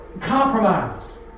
compromise